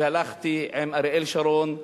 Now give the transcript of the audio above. והלכתי עם אריאל שרון,